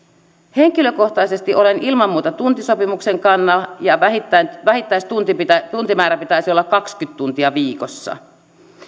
henkilökohtaisesti olen ilman muuta tuntisopimuksen kannalla ja sen vähittäisen tuntimäärän pitäisi olla kaksikymmentä tuntia viikossa